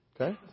Okay